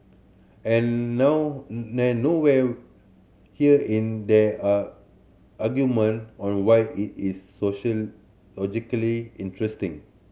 and no nowhere here in there are argument on why it is sociologically interesting